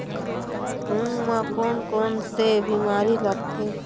मूंग म कोन कोन से बीमारी लगथे?